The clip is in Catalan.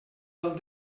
del